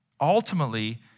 Ultimately